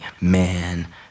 man